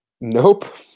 Nope